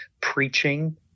preaching